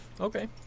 Okay